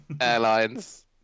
airlines